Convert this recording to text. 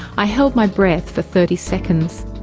i held my breath for thirty seconds.